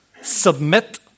Submit